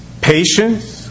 patience